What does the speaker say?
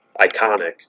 iconic